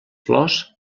flors